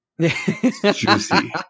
juicy